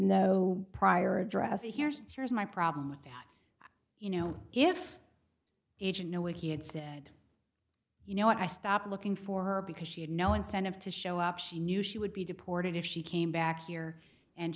no prior address here's here's my problem with you know if agent no what he had said you know what i stopped looking for her because she had no incentive to show up she knew she would be deported if she came back here and